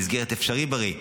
במסגרת אפשריבריא.